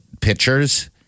pitchers